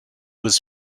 his